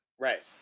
Right